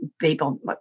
people